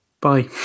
Bye